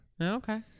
Okay